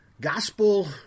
gospel